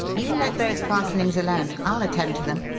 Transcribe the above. you let those fastenings alone. i'll attend to them!